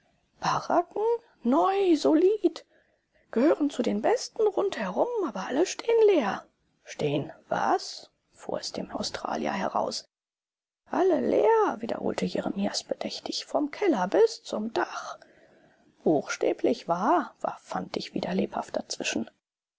baracken neu solid gehören zu den besten rundherum aber alle stehen leer stehen was fuhr es dem australier heraus alle leer wiederholte jeremias bedächtig vom keller bis zum dach buchstäblich wahr warf fantig wieder lebhaft dazwischen